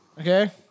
okay